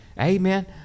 Amen